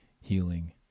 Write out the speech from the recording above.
healing